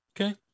Okay